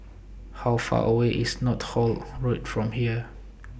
How Far away IS Northolt Road from here